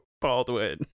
baldwin